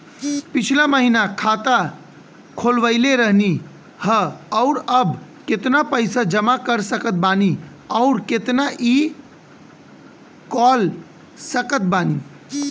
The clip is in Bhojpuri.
पिछला महीना खाता खोलवैले रहनी ह और अब केतना पैसा जमा कर सकत बानी आउर केतना इ कॉलसकत बानी?